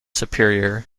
superior